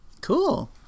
Cool